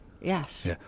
Yes